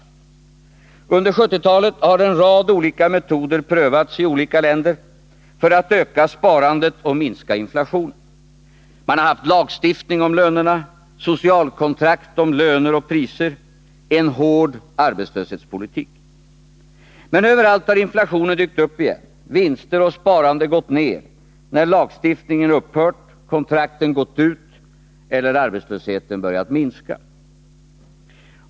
Under 1970-talet har en rad olika metoder prövats i olika länder för att öka sparandet och minska inflationen: lagstiftning om lönerna, socialkontrakt om löner och priser, en hård arbetslöshetspolitik. Men överallt har inflationen dykt upp igen och vinster och sparande gått ner, när lagstiftningen upphört, kontrakten gått ut eller arbetslösheten börjar minska.